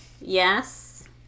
Yes